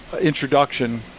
introduction